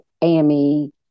AME